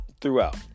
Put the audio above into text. throughout